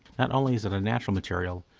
not only is it a natural material,